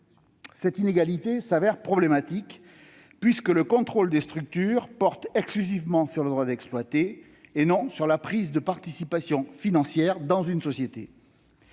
Cette inégalité s'avère problématique, puisque le contrôle des structures porte exclusivement sur le droit d'exploiter et non sur la prise de participation financière dans une société.